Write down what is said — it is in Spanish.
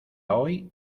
hoy